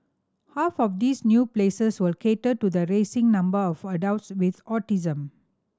half of these new places will cater to the rising number of adults with autism